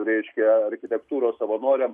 reiškia architektūros savanoriam